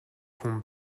хүн